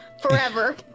Forever